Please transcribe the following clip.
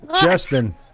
Justin